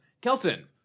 Kelton